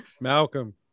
Malcolm